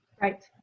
Right